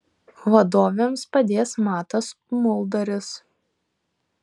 vadovėms padės matas muldaris